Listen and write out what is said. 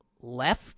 left